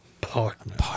Partner